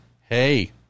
hey